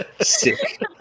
Sick